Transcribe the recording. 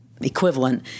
equivalent